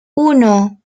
uno